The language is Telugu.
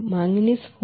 మాంగనీస్ 4